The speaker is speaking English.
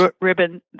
ribbon